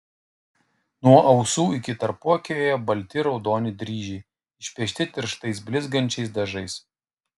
nuo ausų iki tarpuakio ėjo balti ir raudoni dryžiai išpiešti tirštais blizgančiais dažais